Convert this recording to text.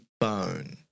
bone